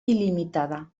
il·limitada